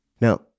Now